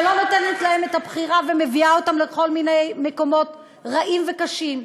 שלא נותנת להם את הבחירה ומביאה אותם לכל מיני מקומות רעים וקשים.